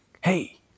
hey